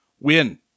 Win